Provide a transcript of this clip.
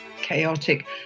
chaotic